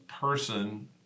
person